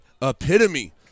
epitome